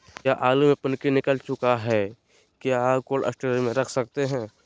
क्या आलु में पनकी निकला चुका हा क्या कोल्ड स्टोरेज में रख सकते हैं?